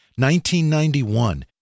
1991